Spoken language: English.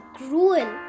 cruel